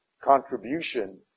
contribution